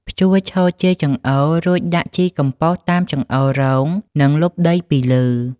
ភ្ជួរឆូតជាចង្អូរ រួចដាក់ជីកំប៉ុស្តតាមចង្អូររង និងលុបដីពីលើ។